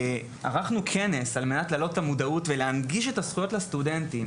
ערכנו כנס על מנת להעלות את המודעות ולהנגיש את הזכויות לסטודנטים.